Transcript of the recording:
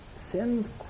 sin's